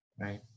Right